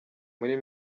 muri